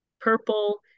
purple